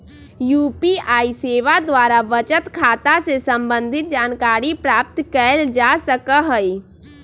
UPI सेवा द्वारा बचत खता से संबंधित जानकारी प्राप्त कएल जा सकहइ